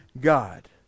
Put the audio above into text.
God